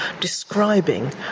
describing